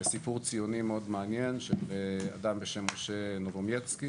זה סיפור ציוני מאוד מעניין של אדם בשם משה נובומייסקי.